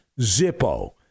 Zippo